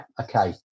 Okay